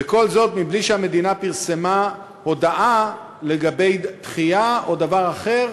וכל זאת מבלי שהמדינה פרסמה הודעה לגבי דחייה או דבר אחר.